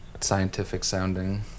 scientific-sounding